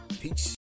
peace